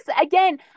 Again